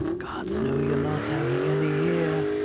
gods know you're not having any here.